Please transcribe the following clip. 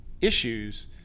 issues